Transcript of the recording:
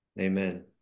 Amen